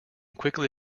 quickly